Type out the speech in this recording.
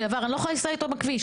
עבר אני לא יכולה לנסוע איתו בכביש.